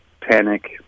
panic